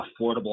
affordable